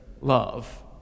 love